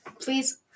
Please